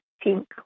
pink